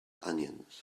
onions